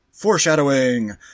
foreshadowing